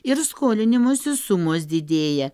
ir skolinimosi sumos didėja